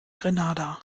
grenada